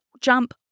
jump